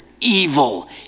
evil